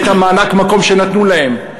את מענק המקום שנתנו להם,